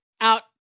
out